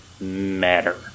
matter